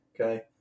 Okay